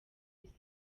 isi